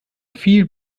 viel